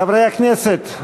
חברי הכנסת,